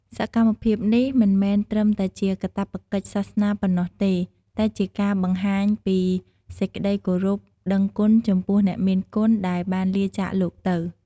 សកម្មភាពនេះមិនមែនត្រឹមតែជាកាតព្វកិច្ចសាសនាប៉ុណ្ណោះទេ តែជាការបង្ហាញពីសេចក្តីគោរពដឹងគុណចំពោះអ្នកមានគុណដែលបានលាចាកលោកទៅ។